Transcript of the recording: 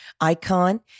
icon